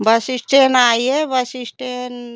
बस इश्टेन आइए bus station